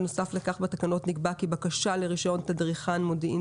בנוסף לכך בתקנות נקבע כי בקשה לרישיון תדריכן מודיעין